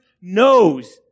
knows